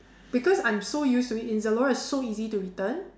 because I'm so used to it because Zalora is so easy to return